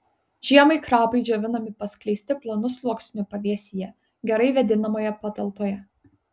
žiemai krapai džiovinami paskleisti plonu sluoksniu pavėsyje gerai vėdinamoje patalpoje